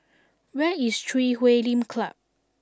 where is Chui Huay Lim Club